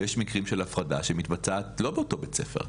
ויש מקרים של הפרדה שמתבצעת לא באותו בית הספר,